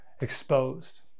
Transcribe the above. Exposed